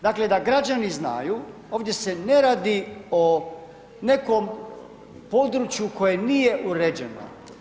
Dakle, da građani znaju, ovdje se ne radi o nekom području koje nije uređeno.